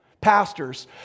pastors